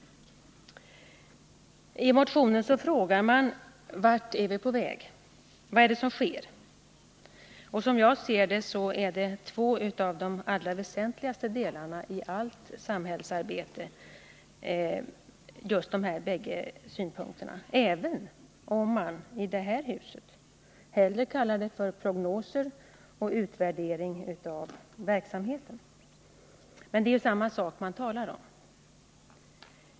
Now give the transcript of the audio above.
I motionen frågar man: Vart är vi på väg? Vad innebär det som har skett? Som jag ser det är just dessa båda frågor två av de mest väsentliga delarna i allt samhällsarbete, även om man i det här huset hellre använder benämningar som prognoser och utvärdering av verksamheten. Det är ändå samma sak man talar om.